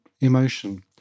emotion